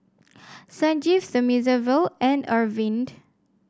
Sanjeev Thamizhavel and Arvind